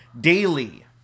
Daily